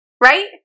right